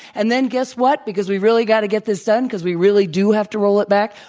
and then guess what, because we really got to get this done because we really do have to roll it back,